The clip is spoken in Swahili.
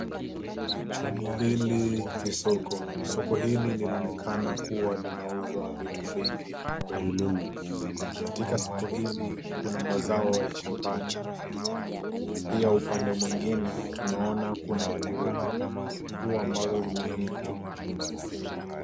Hili ni soko. Soko hili linaonekana kuwa linauza vitu vingi kweli. Katika soko hili kuna mazao ya shambani pia upande mwengine tunaona kuna nguo. Nguo ambazo zimeanikwa.